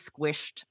squished